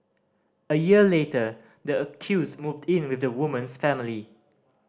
a year later the accused moved in with the woman's family